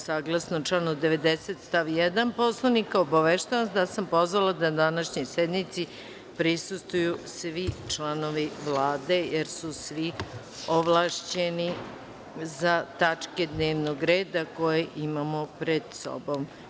Saglasno članu 90. stav 1. Poslovnika, obaveštavam vas da sam pozvala da današnjoj sednici prisustvuju svi članovi Vlade, jer su svi ovlašćeni za tačke dnevnog reda koje imamo pred sobom.